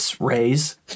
Rays